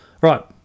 Right